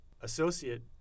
Associate